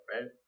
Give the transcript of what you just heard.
right